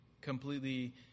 completely